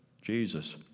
Jesus